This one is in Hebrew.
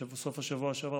בסוף השבוע שעבר,